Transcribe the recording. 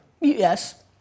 Yes